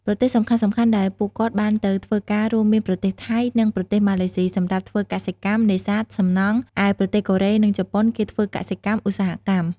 ប្រទេសសំខាន់ៗដែលពួកគាត់បានទៅធ្វើការរួមមានប្រទេសថៃ និងប្រទេសម៉ាឡេសុី សម្រាប់ធ្វើកសិកម្ម នេសាទ សំណង់ ឯប្រទេសកូរ៉េ នឹងជប៉ុនគេធ្វើ កសិកម្ម ឧស្សាហកម្ម ។